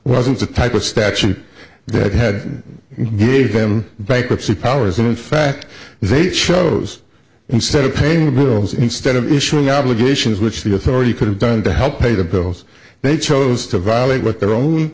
wasn't the type of statute that had gave them bankruptcy powers and in fact they chose instead of paying the bills instead of issuing obligations which the authority could have done to help pay the bills they chose to violate what their own